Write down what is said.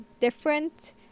different